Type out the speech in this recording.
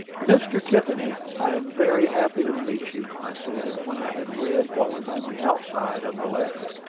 mr. tiffany, i am very happy to meet you, i said, when i had read what was on the outside of the letter.